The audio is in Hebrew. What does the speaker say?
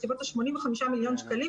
בסביבות ה-85 מיליון שקלים,